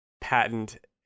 patent